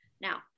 Now